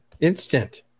Instant